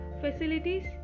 facilities